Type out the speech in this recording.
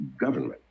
government